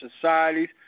societies